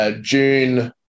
June